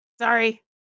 sorry